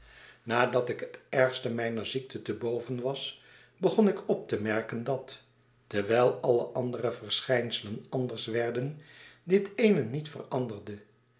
nadat ik het ergste mijner ziekte te boven was begon ik op te merken dat terwijl alle andere verschijnselen anders werden dit eene niet veranderde